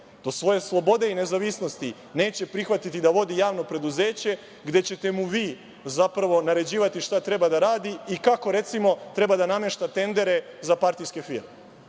do svoje slobode i nezavisnosti neće prihvatiti da vodi javno preduzeće gde ćete mu vi zapravo naređivati šta treba da radi i kako, recimo, treba da namešta tendere za partijske firme.